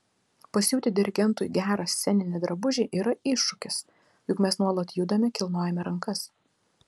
pasiūti dirigentui gerą sceninį drabužį yra iššūkis juk mes nuolat judame kilnojame rankas